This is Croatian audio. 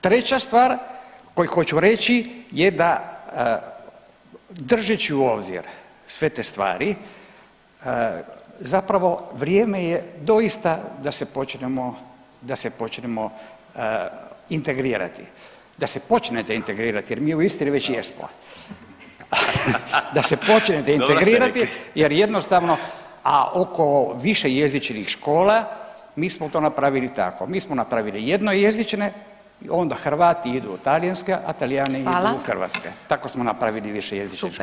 Treća stvar koju hoću reći je da držeći u obzir sve te stvari zapravo vrijeme je doista da se počnemo, da se počnemo integrirati, da se počnete integrirati jer mi u Istri već jesmo…/Smijeh/…da se počnete integrirati [[Upadica iz klupe: Dobro ste rekli]] jer jednostavno, a oko višejezičnih škola mi smo to napravili tako, mi smo napravili jednojezične, onda Hrvati idu u talijanske, a Talijani idu u hrvatske, tako smo napravili višejezične škole.